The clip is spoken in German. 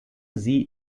sie